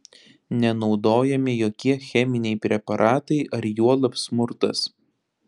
nenaudojami jokie cheminiai preparatai ar juolab smurtas